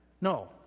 No